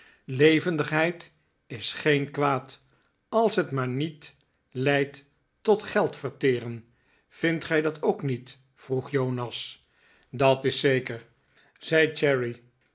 levendigheid is geen kwaad als het maar niet leidt tot geld verteren vindt gij dat ook niet vroeg jonas dat is zeker zei